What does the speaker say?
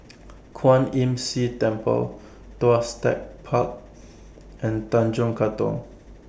Kwan Imm See Temple Tuas Tech Park and Tanjong Katong